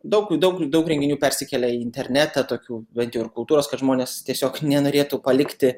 daug daug daug renginių persikelia į internetą tokių bent jau ir kultūros kad žmonės tiesiog nenorėtų palikti